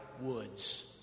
Woods